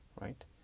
right